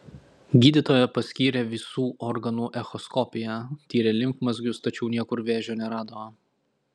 gydytoja paskyrė visų organų echoskopiją tyrė limfmazgius tačiau niekur vėžio nerado